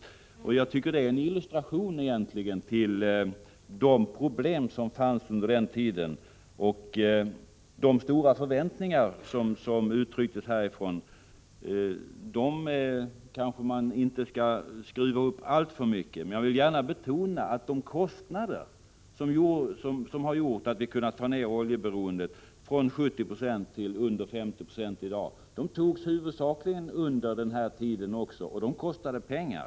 Jag tycker att det egentligen är en illustration till de problem som fanns tidigare. De stora förväntningar som uttrycktes härifrån skall man kanske inte skruva upp alltför mycket. Men jag vill gärna betona att de insatser som har gjort att vi har kunnat ta ner oljeberoendet från 70 96 till under 50 26 i dag gjordes huvudsakligen under de borgerliga regeringarnas tid, och de kostade pengar.